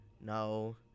No